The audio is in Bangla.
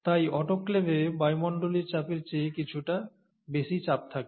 তাই অটোক্লেভে বায়ুমণ্ডলীয় চাপের চেয়ে কিছুটা বেশি চাপ থাকে